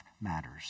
matters